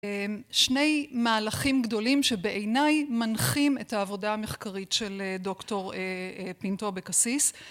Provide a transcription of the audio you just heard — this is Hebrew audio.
שני מהלכים גדולים שבעיניי מנחים את העבודה המחקרית של דוקטור פינטו אבקסיס...